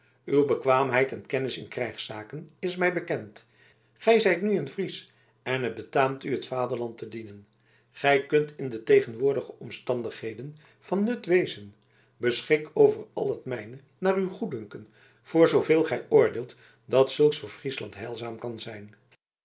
uw bekwaamheid en kennis in krijgszaken is mij bekend gij zijt nu een fries en het betaamt u het vaderland te dienen gij kunt in de tegenwoordige omstandigheden van nut wezen beschik over al het mijne naar uw goeddunken voor zooveel gij oordeelt dat zulks voor friesland heilzaam kan zijn